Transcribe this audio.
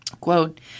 Quote